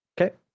Okay